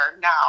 now